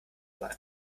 sein